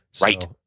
Right